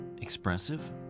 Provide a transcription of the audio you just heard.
expressive